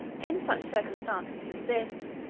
in such circumstances as this,